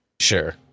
Sure